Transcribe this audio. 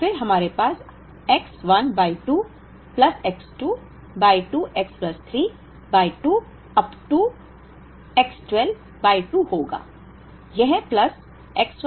और फिरहमारे पास X 1 by 2 plus X 2 by 2 plus X 3 by 2 up to X 12 by 2 होगा